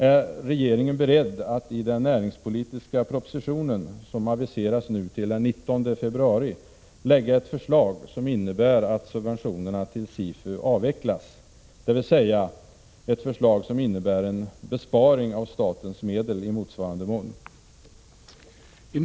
Är regeringen beredd att i den näringspolitiska propositionen, som aviseras till den 19 februari, lägga fram ett förslag som innebär en avveckling av subventionerna till SIFU och därmed en besparing av statens medel i motsvarande mån?